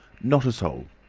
not a soul.